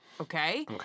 Okay